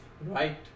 Right